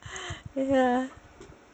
ya